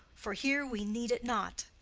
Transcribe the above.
for here we need it not.